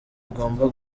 igomba